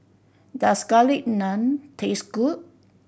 does Garlic Naan taste good